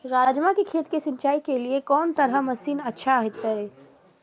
राजमा के खेत के सिंचाई के लेल कोन तरह के मशीन अच्छा होते?